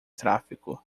tráfego